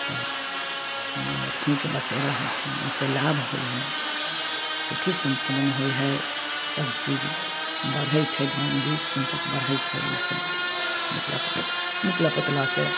तऽ माँ लक्ष्मीके बसेरा होइ छनि ओहिसँ लाभ होइ हइ सुखी सम्पन्न होइ हइ सबचीज बढ़ै छै धन बीत सम्पति बढ़ै छै ओहिसँ निपला निपला पोतलासँ